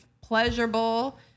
pleasurable